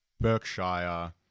Berkshire